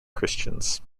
christians